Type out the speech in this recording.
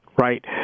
right